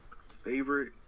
Favorite